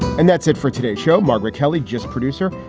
and that's it for today show, margaret kelly, just producer,